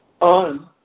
on